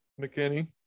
McKinney